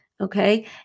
okay